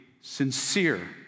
sincere